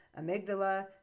amygdala